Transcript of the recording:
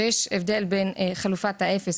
שיש הבדל בין חלופת אפס,